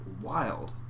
wild